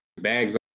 bags